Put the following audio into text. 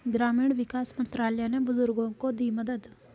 ग्रामीण विकास मंत्रालय ने बुजुर्गों को दी मदद